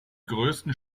größten